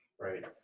Right